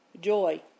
joy